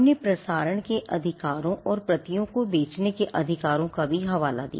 हमने प्रसारण के अधिकार और प्रतियों को बेचने के अधिकार का भी हवाला दिया